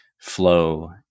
flow